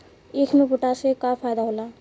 ईख मे पोटास के का फायदा होला?